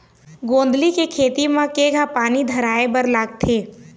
गोंदली के खेती म केघा पानी धराए बर लागथे?